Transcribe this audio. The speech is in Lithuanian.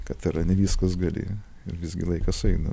kad ir ne viskas gali ir visgi laikas eina